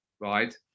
Right